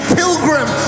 pilgrim